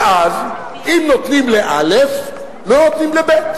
ואז, אם נותנים לא', לא נותנים לב'.